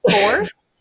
forced